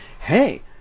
hey